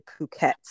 Phuket